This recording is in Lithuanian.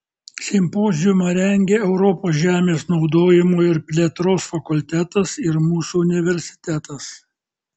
simpoziumą rengė europos žemės naudojimo ir plėtros fakultetas ir mūsų universitetas